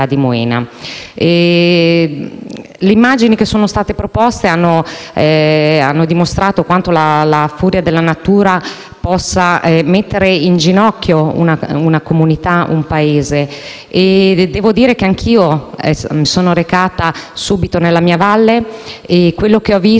di Moena. Le immagini proposte hanno dimostrato quanto la furia della natura possa mettere in ginocchio una comunità e un paese. Devo dire che anche io mi sono recata subito nella mia valle. Quello che ho visto,